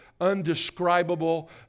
undescribable